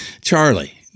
Charlie